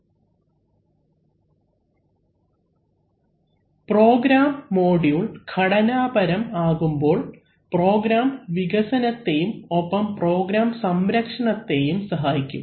അവലംബിക്കുന്ന സ്ലൈഡ് സമയം 0220 program module ഘടനപരം ആകുമ്പോൾ പ്രോഗ്രാം വികസനത്തെയും ഒപ്പം പ്രോഗ്രാം സംരക്ഷണത്തെയും സഹായിക്കും